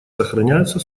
сохраняются